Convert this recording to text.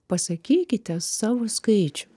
pasakykite savo skaičių